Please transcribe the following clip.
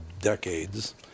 decades